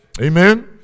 Amen